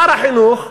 שר החינוך,